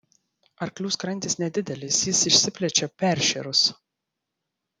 arklių skrandis nedidelis jis išsiplečia peršėrus